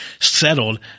settled